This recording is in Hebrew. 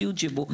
ציוד שבו".